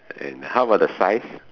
and how about the size